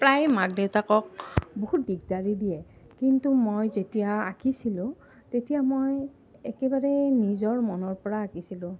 প্ৰায় মাক দেউতাকক বহুত দিগদাৰি দিয়ে কিন্তু মই যেতিয়া আঁকিছিলোঁ তেতিয়া মই একেবাৰেই নিজৰ মনৰ পৰা আঁকিছিলোঁ